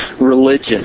religion